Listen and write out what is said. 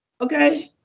okay